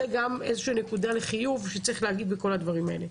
זוהי גם נקודה חיובית שצריך להגיד בכל הדברים האלה.